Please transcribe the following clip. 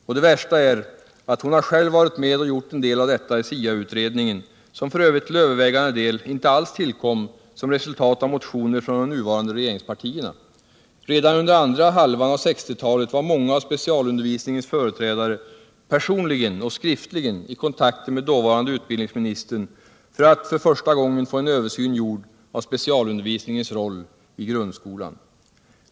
Och det värsta är att hon själv har varit med och gjort en del av detta i SIA utredningen, som f. ö. till övervägande del inte alls tillkom som resultat av motioner från de nuvarande regeringspartierna. Redan under andra halvan av 1960-talet var många av specialundervisningens företrädare personligen och skriftligen i kontakt med dåvarande utbildningsministern för att för första gången få en översyn gjord av specialundervisningens roll i grundskolan.